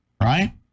right